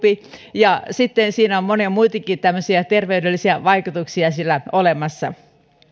ja sitten siinä on monia muitakin terveydellisiä vaikutuksia olemassa